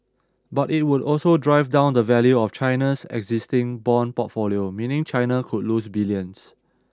but it would also drive down the value of China's existing bond portfolio meaning China could lose billions